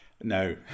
No